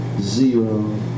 zero